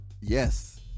Yes